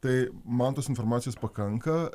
tai man tos informacijos pakanka